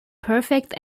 perfect